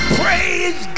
praise